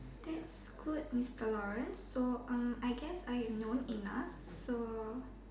that's good mister Lawrence so I guess I have known enough so